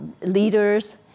leaders